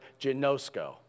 genosko